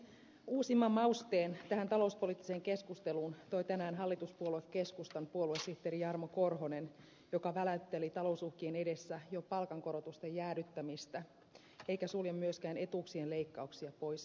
uusimman mausteen tähän talouspoliittiseen keskusteluun toi tänään hallituspuolue keskustan puoluesihteeri jarmo korhonen joka väläytteli talousuhkien edessä jo palkankorotusten jäädyttämistä eikä sulje myöskään etuuksien leikkauksia pois keinovalikoimasta